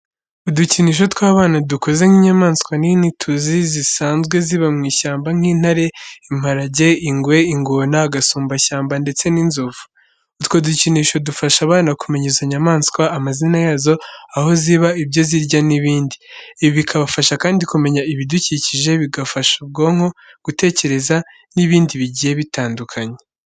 Udukinisho tw'abana dukoze nk'inyamaswa nini tuzi zisanzwe ziba mu ishyamba nk'intare, imparage, ingwe, ingona, agasumbashyamba ndetse n'inzovu. Utwo dukinisho dufasha abana kumenya izo nyamaswa, amazina yazo, aho ziba, ibyo zirya n'ibindi. Ibi bikabafasha kandi kumenya ibidukikije, bigafasha ubwonko gutekereza n'ibindi bigiye bitandukanye.